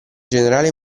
generale